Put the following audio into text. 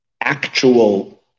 actual